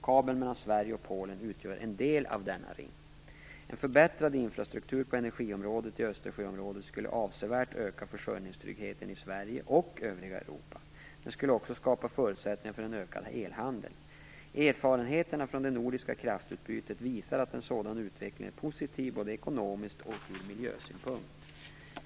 Kabeln mellan Sverige och Polen utgör en del av denna ring. Östersjöområdet skulle avsevärt öka försörjningstryggheten i Sverige och övriga Europa. Den skulle också skapa förutsättningar för en ökad elhandel. Erfarenheterna från det nordiska kraftutbytet visar att en sådan utveckling är positiv både ekonomiskt och ur miljösynpunkt.